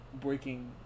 breaking